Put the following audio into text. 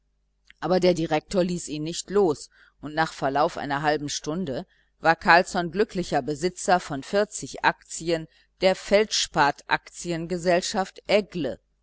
aber der direktor ließ ihn nicht los und nach verlauf einer halben stunde war carlsson glücklicher besitzer von vierzig aktien der feldspat aktien gesellschaft eggle